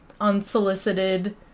unsolicited